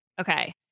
okay